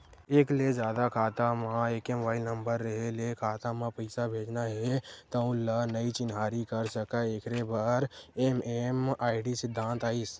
एक ले जादा खाता म एके मोबाइल नंबर रेहे ले खाता म पइसा भेजना हे तउन ल नइ चिन्हारी कर सकय एखरे बर एम.एम.आई.डी सिद्धांत आइस